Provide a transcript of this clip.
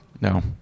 No